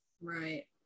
right